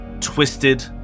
twisted